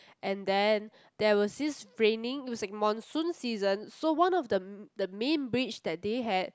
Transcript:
and then there was this raining it was like monsoon season so one of the the main bridge that they had